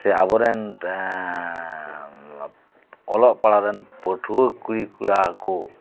ᱥᱮ ᱟᱵᱚᱨᱮᱱ ᱚᱞᱚᱜ ᱯᱟᱲᱦᱟᱜ ᱨᱮᱱ ᱯᱟᱹᱴᱷᱩᱣᱟᱹ ᱠᱩᱲᱤ ᱠᱚᱲᱟ ᱠᱚ